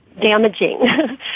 damaging